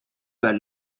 were